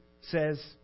says